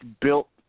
built